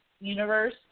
universe